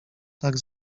tak